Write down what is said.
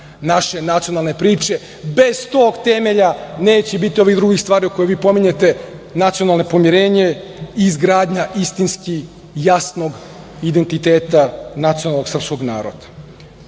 naše nacionalne priče. Bez tog temelja neće biti ovih drugih stvari koje vi pominjete, nacionalno pomirenje i izgradnja istinski jasnog identiteta nacionalnog srpskog naroda. To